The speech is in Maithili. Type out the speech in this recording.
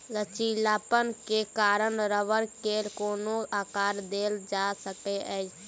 लचीलापन के कारण रबड़ के कोनो आकर देल जा सकै छै